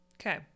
Okay